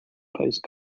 post